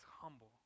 humble